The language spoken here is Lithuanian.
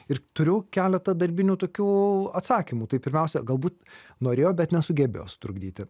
ir turiu keletą darbinių tokių atsakymų tai pirmiausia galbūt norėjo bet nesugebėjo sutrukdyti